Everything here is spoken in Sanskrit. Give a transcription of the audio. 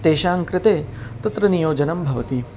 तेषां कृते तत्र नियोजनं भवति